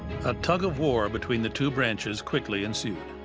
a tug of war between the two branches quickly ensued.